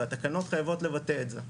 והתקנות חייבות לבטא את זה.